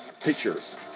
pictures